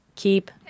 Keep